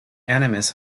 enemies